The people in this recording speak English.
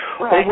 right